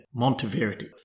Monteverdi